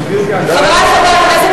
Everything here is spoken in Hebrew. חברי חברי הכנסת,